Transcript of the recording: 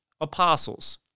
apostles